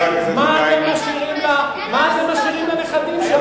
מה אתם משאירים לנכדים שלכם?